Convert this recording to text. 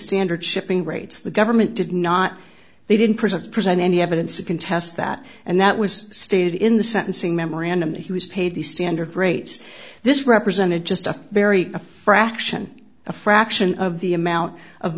standard shipping rates the government did not they didn't present to present any evidence to contest that and that was stated in the sentencing memorandum that he was paid the standard rate this represented just a very a fraction a fraction of the amount of